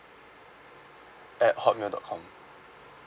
at hotmail dot com